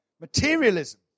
materialism